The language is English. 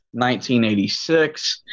1986